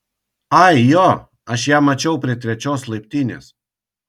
ai jo aš ją mačiau prie trečios laiptinės